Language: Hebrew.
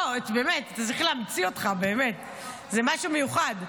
לא, באמת, צריך להמציא אותך באמת, זה משהו מיוחד.